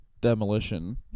demolition